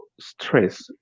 stress